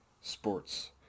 Sports